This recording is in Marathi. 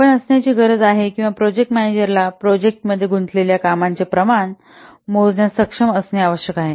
आपण असण्याची गरज आहे किंवा प्रोजेक्ट मॅनेजरास प्रोजेक्टात गुंतलेल्या कामाचे प्रमाण मोजण्यास सक्षम असणे आवश्यक आहे